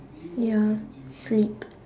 ya sleep